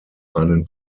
einen